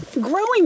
growing